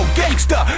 gangsta